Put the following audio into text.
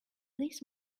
this